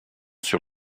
sur